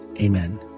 Amen